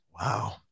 Wow